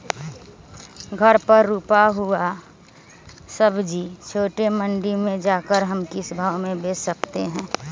घर पर रूपा हुआ सब्जी छोटे मंडी में जाकर हम किस भाव में भेज सकते हैं?